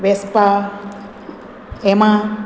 Vespa Hema